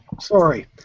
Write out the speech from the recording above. Sorry